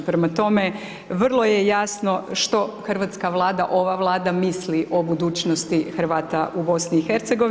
Prema tome, vrlo je jasno što hrvatska vlada, ova vlada misli o budućnosti Hrvata u BIH.